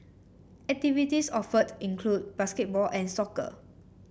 activities offered include basketball and soccer